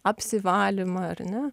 apsivalymą ar ne